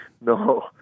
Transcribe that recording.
no